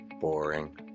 boring